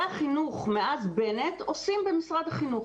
החינוך מאז בנט עושים במשרד החינוך.